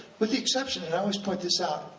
with the exception, and i always point this out,